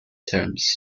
terms